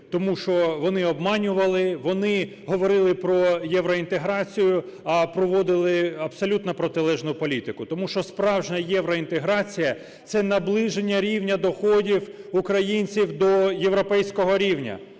Тому що вони обманювали, вони говорили про євроінтеграцію, а проводили абсолютно протилежну політику. Тому що справжня євроінтеграція – це наближення рівня доходів українців до європейського рівня,